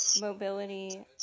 Mobility